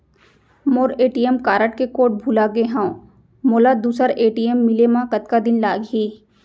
मोर ATM card के code भुला गे हव, मोला दूसर ए.टी.एम मिले म कतका दिन लागही?